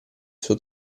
suo